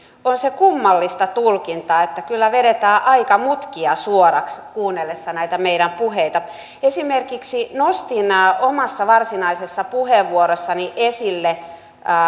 on se kummallista tulkintaa että kyllä vedetään mutkia aika suoraksi kuunnellessa näitä meidän puheita esimerkiksi nostin omassa varsinaisessa puheenvuorossani esille